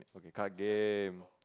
okay card game